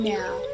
now